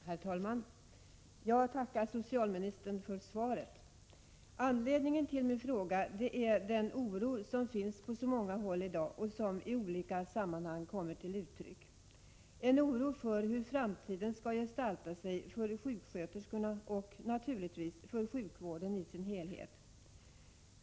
Herr talman! Jag tackar socialministern för svaret. Anledningen till min fråga är den oro som finns på så många håll i dag och som i olika sammanhang kommer till uttryck, en oro för hur framtiden skall gestalta sig för sjuksköterskorna och, naturligtvis, för sjukvården i dess helhet.